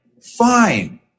Fine